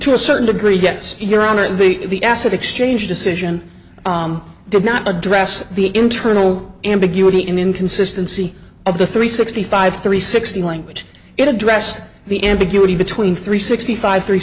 to a certain degree yes your honor and the acid exchange decision did not address the internal ambiguity in inconsistency of the three sixty five three sixty language it addressed the ambiguity between three sixty five three